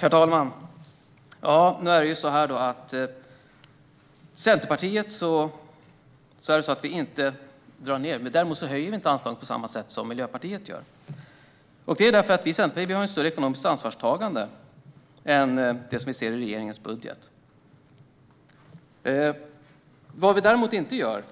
Herr talman! Centerpartiet drar inte ned, men vi höjer inte anslagen på samma sätt som Miljöpartiet gör. Det beror på att Centerpartiet tar ett större ekonomiskt ansvar än regeringen gör i sin budget. Vad vi inte heller gör